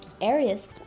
areas